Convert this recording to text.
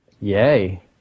Yay